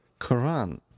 Quran